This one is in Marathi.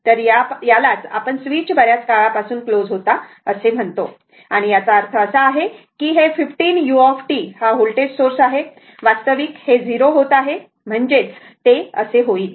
तर यालाच आपण स्वीच बऱ्याच काळापासून क्लोज होता असे म्हणतो आणि याचा अर्थ असा आहे की हे 15 u व्होल्टेज सोर्स आहे वास्तविक हे 0 होत आहे म्हणजे ते असे होईल